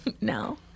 No